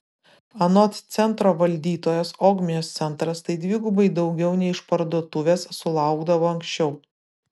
anot centro valdytojos ogmios centras tai dvigubai daugiau nei išparduotuvės sulaukdavo anksčiau